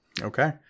Okay